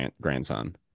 grandson